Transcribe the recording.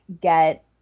get